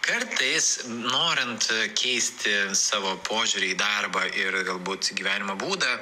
kartais norint keisti savo požiūrį į darbą ir galbūt į gyvenimo būdą